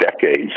decades